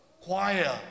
choir